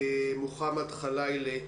מוחמד חלילה.